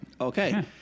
Okay